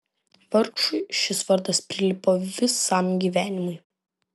vargšui šis vardas prilipo visam gyvenimui